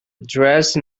dressed